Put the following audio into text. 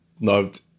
loved